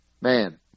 man